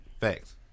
Facts